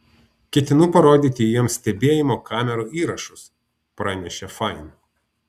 ketinu parodyti jiems stebėjimo kamerų įrašus pranešė fain